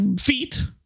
feet